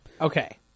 Okay